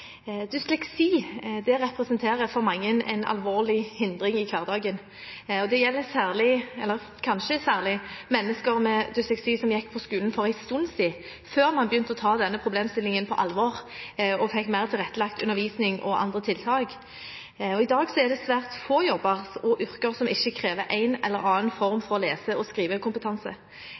en stund siden, før man begynte å ta denne problemstillingen på alvor og fikk mer tilrettelagt undervisning og andre tiltak. I dag er det svært få jobber og yrker som ikke krever en eller annen form